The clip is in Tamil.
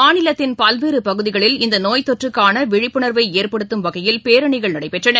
மாநிலத்தின் பல்வேறுபகுதிகளில் இந்தநோய் தொற்றுக்கான விழிப்புணர்வைஏற்படுத்தும் வகையில் பேரணிகள் நடைபெற்றன